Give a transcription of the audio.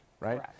right